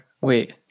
Wait